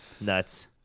nuts